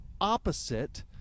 opposite